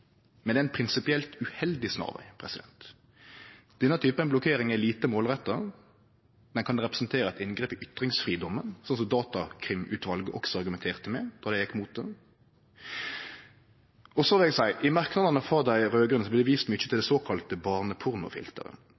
men det er ein prinsipielt uheldig snarveg. Denne typen blokkering er lite målretta, ho kan representere eit inngrep i ytringsfridomen, som Datakrimutvalet også argumenterte med då dei gjekk imot det. Så vil eg seie at i merknadene frå dei raud-grøne blir det vist mykje til det såkalla